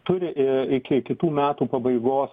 turi iki kitų metų pabaigos